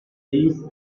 leaves